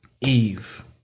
Eve